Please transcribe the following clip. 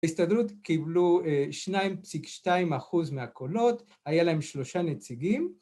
הסתדרות קיבלו 2.2% מהקולות, היה להם שלושה נציגים